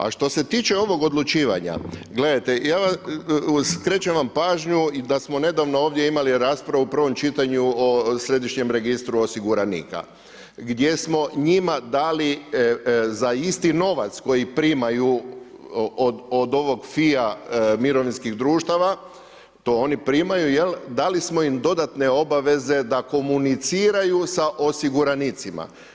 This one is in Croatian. A što se tiče ovog odlučivanja, gledajte, skrećem vam pažnju i da smo nedavno ovdje imali raspravu u prvom čitanju o Središnjem registru osiguranika gdje smo njima dali za isti novac koji primaju od ovog FIA mirovinskih društava, to oni primaju, dali smo im dodatne obaveze da komuniciraju sa osiguranicima.